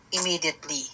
immediately